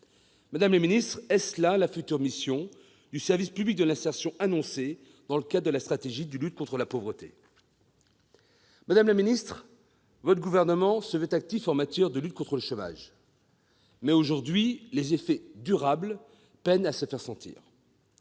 nécessaires. Est-ce là la future mission du service public de l'insertion annoncé dans le cadre de la stratégie de lutte contre la pauvreté ? Madame la ministre, le Gouvernement se veut actif en matière de lutte contre le chômage, mais, aujourd'hui, les effets durables de la politique menée